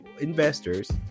investors